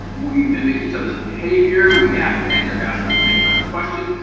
we mimic each other's behavior. we add end up asking the same kinds of questions.